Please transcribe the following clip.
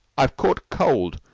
i've caught cold.